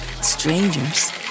strangers